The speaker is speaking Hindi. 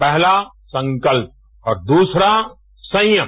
पहला संकल्प और दूसरा संयम